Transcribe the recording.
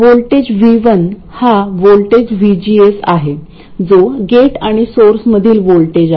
voltage V1 हा voltage VGS आहे जो गेट आणि सोर्समधील व्होल्टेज आहे